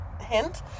hint